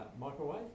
microwave